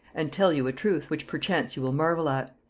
and tell you a truth, which perchance you will marvel at.